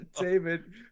David